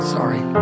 Sorry